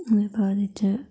ते उनें बाद च